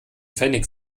pfennig